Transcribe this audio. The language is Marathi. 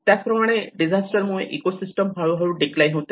त्याच प्रमाणे डिझास्टर मुळे इकोसिस्टम हळूहळू डिक्लाइन होते